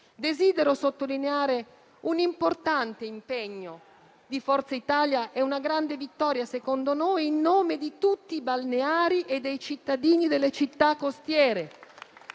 desidero sottolineare un importante impegno di Forza Italia e una grande vittoria, secondo noi, in nome di tutti i balneari e dei cittadini delle città costiere.